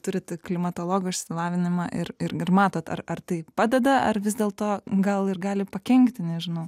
turit klimatologo išsilavinimą ir ir ir matot ar ar tai padeda ar vis dėlto gal ir gali pakenkti nežinau